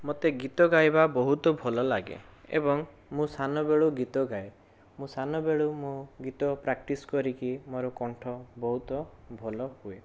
ମତେ ଗୀତ ଗାଇବା ବହୁତ ଭଲ ଲାଗେ ଏବଂ ମୁଁ ସାନ ବେଳୁ ଗୀତ ଗାଏ ମୁଁ ସାନ ବେଳୁ ଗୀତ ପ୍ରାକ୍ଟିସ୍ କରିକି ମୋର କଣ୍ଠ ବହୁତ ଭଲ ହୁଏ